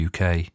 UK